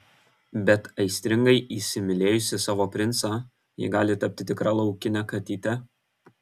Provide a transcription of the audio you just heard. bet aistringai įsimylėjusi savo princą ji gali tapti tikra laukine katyte